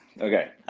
Okay